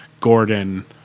Gordon